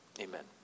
Amen